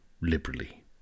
liberally